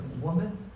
Woman